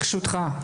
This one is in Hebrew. ברשותך,